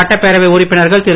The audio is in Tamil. சட்டப்பேரவை உறுப்பினர்கள் திரு